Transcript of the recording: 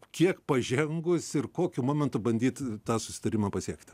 kiek pažengus ir kokiu momentu bandyt tą susitarimą pasiekt